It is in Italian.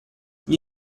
gli